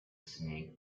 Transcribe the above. snake